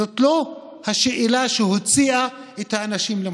זאת לא הייתה השאלה שהוציאה את האנשים למחות.